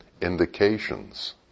indications